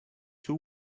two